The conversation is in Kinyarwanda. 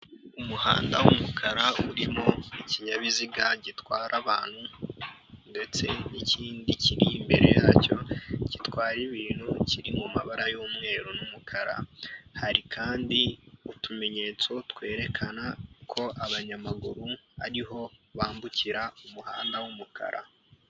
Umuhanda w'umukara urimo ikinyabiziga gitwara abantu ndetse n'ikindi kiri imbere yacyo gitwara ibintu kiri mu mabara y'umweru n'umukara hari kandi utumenyetso twerekana ko abanyamaguru ariho bambukira umuhanda w'umukara